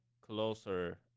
closer